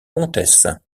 comtesse